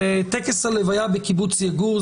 בטקס הלוויה בקיבוץ יגור,